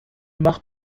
macht